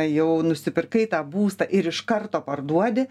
jau nusipirkai tą būstą ir iš karto parduodi